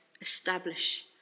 establish